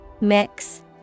Mix